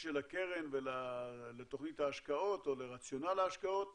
של הקרן ולתוכנית ההשקעות או לרציונל ההשקעות